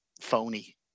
phony